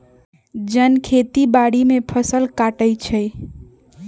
जन खेती बाड़ी में फ़सल काटइ छै